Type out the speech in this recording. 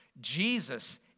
Jesus